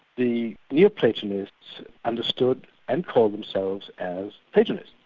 the neo-platonists understood and called themselves as platonists.